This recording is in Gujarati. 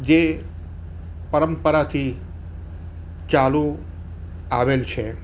જે પરંપરાથી ચાલુ આવેલ છે